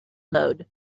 load